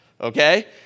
okay